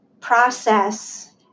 process